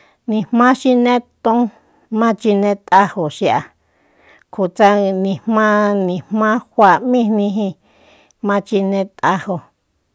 Nijmá xine ton ma chinejo xi'a kjo tsa nijmá-nijmá fáa m'íjni jíin ma chinet'ajo